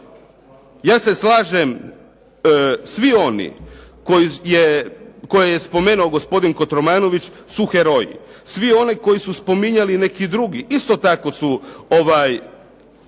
ne razumije./… svi oni koje je spomenuo gospodin Kotromanović su heroji. Svi oni koje su spominjali neki drugi, isto tako su